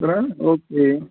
બરાબર ઓકે